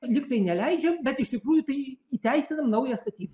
lyg tai neleidžiam bet iš tikrųjų tai įteisinam naują statybą